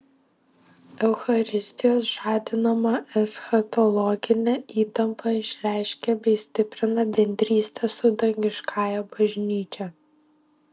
eucharistijos žadinama eschatologinė įtampa išreiškia bei stiprina bendrystę su dangiškąja bažnyčia